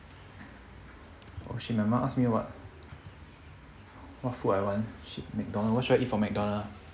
oh shit my mum ask me what what food I want shit mcdonald's right what should I eat from mcdonald's